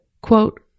quote